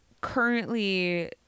currently